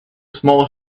small